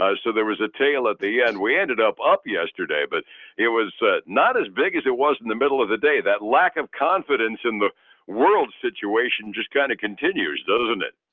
so there was a tail at the end. we ended up up yesterday, but it was not as big as it was in the middle of the day. that lack of confidence in the world situation just kind of continues, doesn't it?